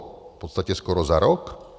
V podstatě skoro za rok?